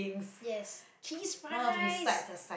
yes cheese fries